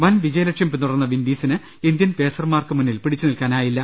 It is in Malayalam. വൻ വിജയലക്ഷ്യം പിന്തുടർന്ന വിൻഡീസിന് ഇന്ത്യൻ പേസർമാർക്ക് മുന്നിൽ പിടിച്ചു നിൽക്കാനായില്ല